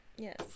Yes